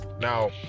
Now